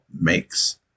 makes